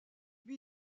lui